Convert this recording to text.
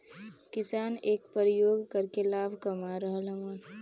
किसान एकर परियोग करके लाभ कमा रहल हउवन